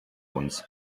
uns